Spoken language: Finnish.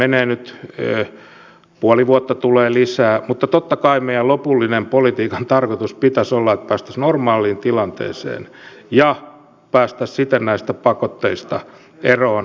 tähän tulee nyt puoli vuotta lisää mutta totta kai meidän lopullisen politiikan tarkoituksen pitäisi olla että päästäisiin normaaliin tilanteeseen ja päästäisiin siten näistä pakotteista eroon